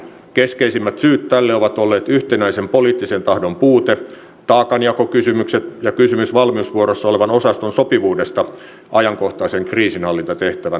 keskeisimmät syyt tähän ovat olleet yhtenäisen poliittisen tahdon puute taakanjakokysymykset ja kysymys valmiusvuorossa olevan osaston sopivuudesta ajankohtaisen kriisinhallintatehtävän hoitamiseen